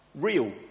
real